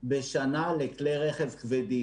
בשנה לכלי רכב כבדים.